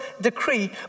decree